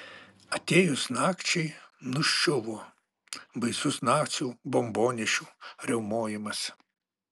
atėjus nakčiai nuščiuvo baisus nacių bombonešių riaumojimas